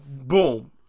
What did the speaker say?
Boom